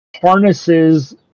harnesses